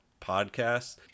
Podcasts